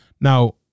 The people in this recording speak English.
Now